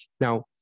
Now